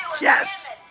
Yes